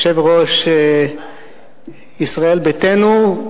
יושב-ראש ישראל ביתנו,